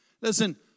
Listen